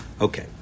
okay